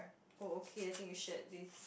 oh okay I think you shared this